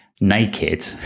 Naked